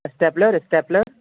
stapler stapler